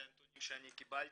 אלה נתונים שאני קיבלתי,